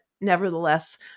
nevertheless